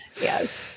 Yes